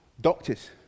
doctors